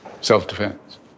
Self-defense